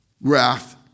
wrath